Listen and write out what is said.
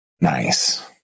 Nice